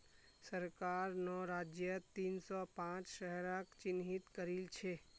सरकार नौ राज्यत तीन सौ पांच शहरक चिह्नित करिल छे